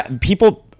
people